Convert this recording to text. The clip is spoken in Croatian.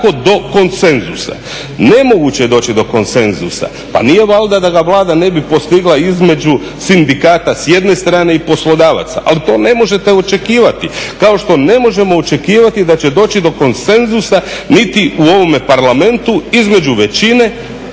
kako do konsenzusa? Nemoguće je doći do konsenzusa, pa nije valjda da ga Vlada ne bi postigla između sindikata s jedne strane i poslodavaca, ali to ne možete očekivati kao što ne možemo očekivati da će doći do konsenzusa niti u ovome Parlamentu između većine